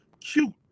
cute